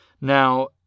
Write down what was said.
now